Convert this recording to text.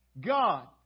God